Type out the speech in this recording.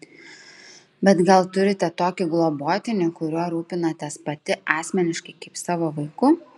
bet gal turite tokį globotinį kuriuo rūpinatės pati asmeniškai kaip savo vaiku